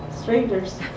strangers